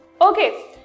Okay